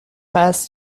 pass